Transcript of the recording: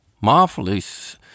Marvelous